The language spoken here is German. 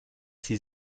sie